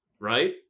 Right